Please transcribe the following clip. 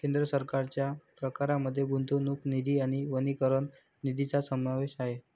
केंद्र सरकारच्या प्रकारांमध्ये गुंतवणूक निधी आणि वनीकरण निधीचा समावेश आहे